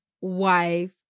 wife